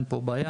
אין פה בעיה,